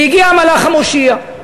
והגיע המלאך המושיע.